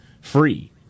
free